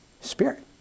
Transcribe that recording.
Spirit